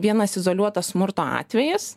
vienas izoliuotas smurto atvejis